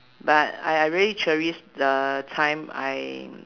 but I I really cherish the time I